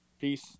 Peace